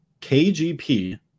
KGP